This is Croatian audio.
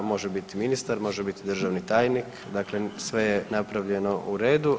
Može biti ministar, može biti državni tajnik dakle sve je napravljeno u redu.